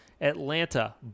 Atlanta